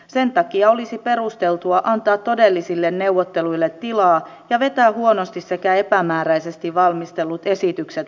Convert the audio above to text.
sen takia olisi perusteltua antaa todellisille neuvotteluille tilaa ja vetää huonosti sekä epämääräisesti valmistellut esitykset pois